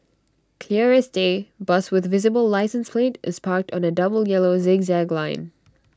clear as day bus with the visible licence plate is parked on A double yellow zigzag line